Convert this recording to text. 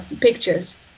pictures